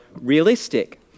realistic